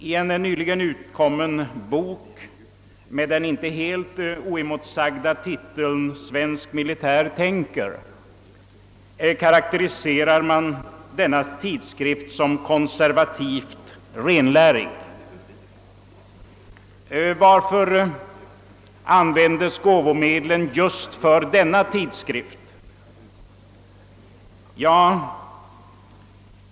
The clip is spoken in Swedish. I en nyligen utkommen bok med den inte helt oemotsagda titeln »Svensk militär tänker» karakteriseras denna tidskrift såsom konservativt renlärig, Varför användes gåvomedlen just för att sprida denna tidskrift?